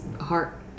heart